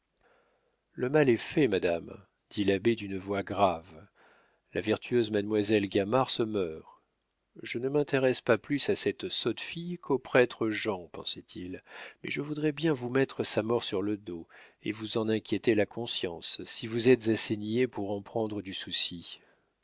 le mal est fait madame dit l'abbé d'une voix grave la vertueuse mademoiselle gamard se meurt je ne m'intéresse pas plus à cette sotte de fille qu'au prêtre jean pensait-il mais je voudrais bien vous mettre sa mort sur le dos et vous en inquiéter la conscience si vous êtes assez niais pour en prendre du souci